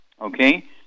Okay